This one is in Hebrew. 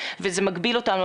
וזה מגביל אותנו.